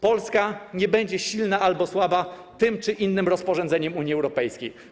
Polska nie będzie silna albo słaba tym czy innym rozporządzeniem Unii Europejskiej.